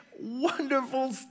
wonderful